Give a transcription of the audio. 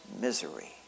misery